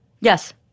Yes